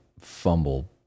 fumble